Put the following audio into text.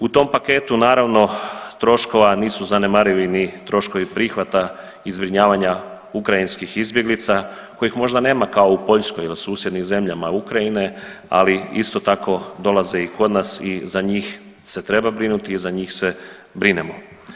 U tom paketu naravno troškova nisu zanemarivi ni troškovi prihvata i zbrinjavanja ukrajinskih izbjeglica kojih možda nema kao u Poljskoj ili susjednim zemljama Ukrajine, ali isto tako dolaze i kod nas i za njih se treba brinuti i za njih se brinemo.